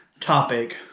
topic